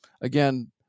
Again